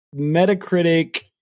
Metacritic